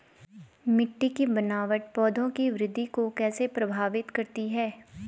मिट्टी की बनावट पौधों की वृद्धि को कैसे प्रभावित करती है?